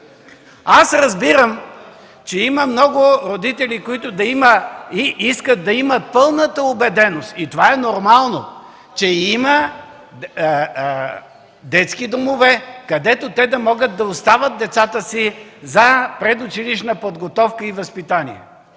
Аз разбирам, че има много родители, които искат да имат пълната убеденост, и това е нормално, че има детски домове, където те да могат да оставят децата си за предучилищна подготовка и за възпитание.